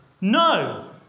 no